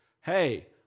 hey